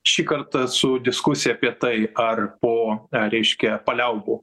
šį kartą su diskusija apie tai ar po reiškia paliaubų